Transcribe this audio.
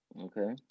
Okay